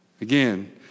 Again